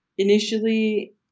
Initially